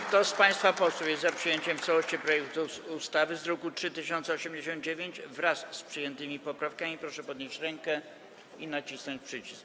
Kto z państwa posłów jest za przyjęciem w całości projektu ustawy w brzmieniu z druku nr 3089, wraz z przyjętymi poprawkami, proszę podnieść rękę i nacisnąć przycisk.